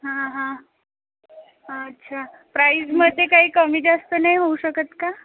हां हां अच्छा प्राईजमध्ये काही कमी जास्त नाही होऊ शकत का